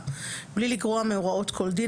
18א. (א)בלי לגרוע מהוראות כל דין,